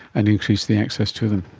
and increase the access to them.